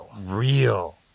Real